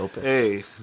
hey